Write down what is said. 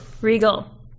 Regal